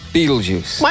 Beetlejuice